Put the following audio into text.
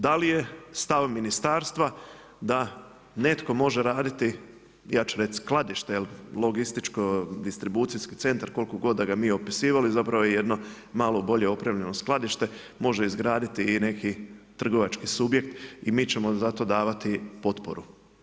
Da li je stav ministarstva da netko može raditi ja ću reći skladište jer logističko-distribucijski centar koliko god da ga mi opisivali zapravo je jedno malo bolje opremljeno skladište može izgraditi i neki trgovački subjekt i mi ćemo za to davati potporu.